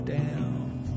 down